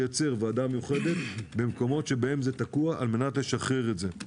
לייצר ועדה מיוחדת במקומות שבהם זה תקוע על מנת לשחרר את זה.